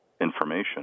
information